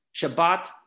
Shabbat